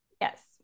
Yes